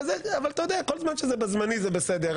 אתה יודע, כל זמן שזה בזמני זה בסדר.